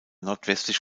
nordwestlich